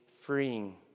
freeing